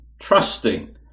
trusting